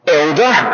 elder